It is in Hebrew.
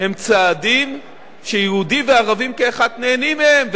הם צעדים שיהודים וערבים כאחד נהנים מהם,